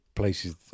places